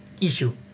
issue